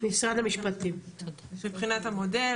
מבחינת המודל,